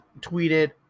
tweeted